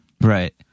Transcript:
Right